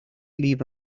leave